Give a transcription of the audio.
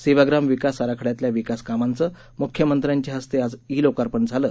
सेवाग्राम विकास आराखड्यातल्या विकासकामांचं म्ख्यमंत्र्यांच्या हस्ते आज ई लोकार्पण झाले